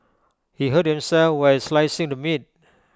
he hurt himself while slicing the meat